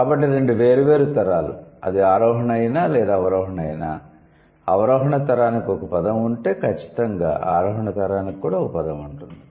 కాబట్టి రెండు వేర్వేరు తరాలు అది ఆరోహణ అయినా లేదా అవరోహణ అయినా అవరోహణ తరానికి ఒక పదం ఉంటే ఖచ్చితంగా ఆరోహణ తరానికి ఒక పదo ఉంటుంది